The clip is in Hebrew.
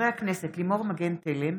הכנסת לימור מגן תלם,